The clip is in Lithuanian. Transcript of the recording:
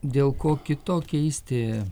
dėl ko kito keisti